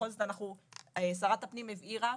בכל זאת שרת הפנים הבהירה,